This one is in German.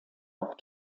auch